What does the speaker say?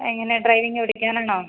എങ്ങനെ ഡ്രൈവിങ് പഠിക്കാനാണോ